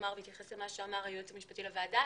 בהתייחס למה שאמר היועץ המשפטי לוועדה,